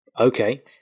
okay